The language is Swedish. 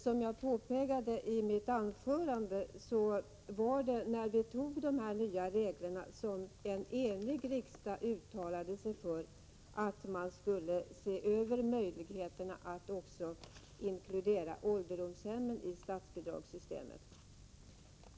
Som jag påpekade i mitt anförande uttalade sig en enig riksdag, då de nuvarande reglerna antogs, för att man skulle se över möjligheterna att också inkludera ålderdomshemmen i statsbidragssystemet.